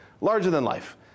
Larger-than-life